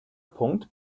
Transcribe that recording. punkt